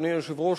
אדוני היושב-ראש,